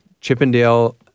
Chippendale